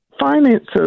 finances